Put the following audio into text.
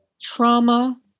trauma